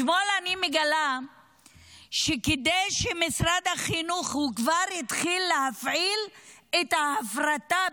אתמול אני מגלה שמשרד החינוך כבר התחיל להפעיל את ההפרטה,